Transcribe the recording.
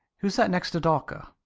who's that next to dawker?